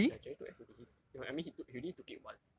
ya jerry took S_A_T he's no I mean he took he already took it once